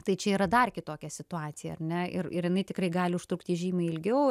tai čia yra dar kitokia situacija ar ne ir ir jinai tikrai gali užtrukti žymiai ilgiau